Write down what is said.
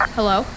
Hello